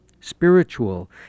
spiritual